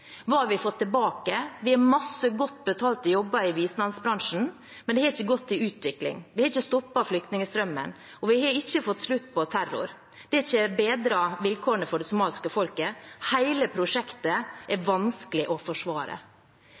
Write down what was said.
Hva har vi fått tilbake? Vi har mange godt betalte jobber i bistandsbransjen. Men det har ikke gitt utvikling, vi har ikke stoppet flyktningstrømmen og vi har ikke fått slutt på terror. Det har ikke bedret vilkårene for det somaliske folket. Hele prosjektet er vanskelig å forsvare.»